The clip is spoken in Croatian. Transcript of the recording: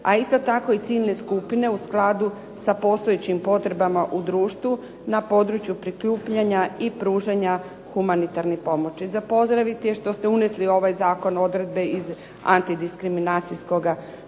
A isto tako i ciljne skupine u skladu sa postojećim potrebama u društvu na području prikupljanja i pružanja humanitarne pomoći. Za pozdraviti je što ste uveli u ovoj zakon odredbe iz antidiskriminacijskog zakona